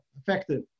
effective